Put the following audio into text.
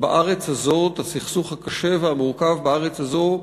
בארץ הזאת, הסכסוך הקשה והמורכב בארץ הזאת,